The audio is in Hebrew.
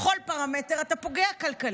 בכל פרמטר אתה פוגע כלכלית.